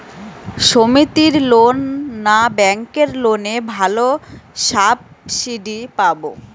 সমিতির লোন না ব্যাঙ্কের লোনে ভালো সাবসিডি পাব?